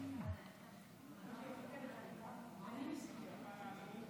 פרשת השבוע: